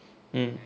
mm